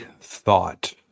thought